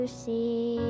see